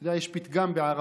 אתה יודע, יש פתגם בערבית,